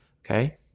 Okay